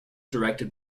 directed